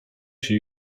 się